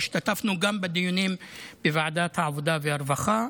השתתפנו גם בדיונים בוועדת העבודה והרווחה,